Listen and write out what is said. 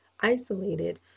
isolated